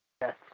Yes